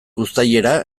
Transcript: uztailera